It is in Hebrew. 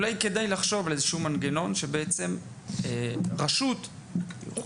האם כדאי לחשוב על איזה שהוא מנגנון שבו רשות יכולה